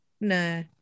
no